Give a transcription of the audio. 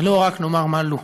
ולא רק נאמר מה לא.